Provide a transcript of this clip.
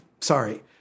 Sorry